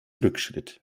rückschritt